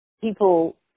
people